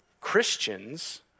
Christians